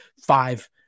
five